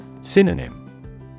Synonym